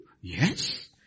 Yes